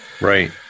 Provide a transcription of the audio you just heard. Right